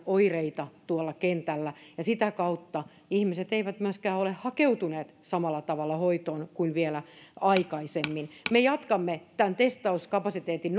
oireita tuolla kentällä ja sitä kautta ihmiset eivät myöskään ole hakeutuneet samalla tavalla hoitoon kuin vielä aikaisemmin me jatkamme testauskapasiteetin